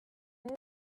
most